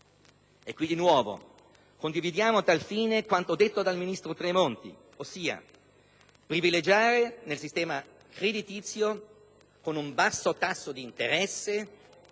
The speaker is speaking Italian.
produttiva. Condividiamo, a tal fine, quanto detto dal ministro Tremonti, ossia privilegiare, nel sistema creditizio, con un basso tasso di interesse